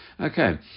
okay